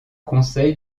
conseil